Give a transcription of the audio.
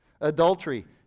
Adultery